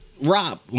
Rob